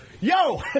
yo